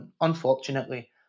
unfortunately